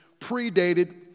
predated